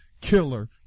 killer